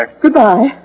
Goodbye